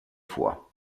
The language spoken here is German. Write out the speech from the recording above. vor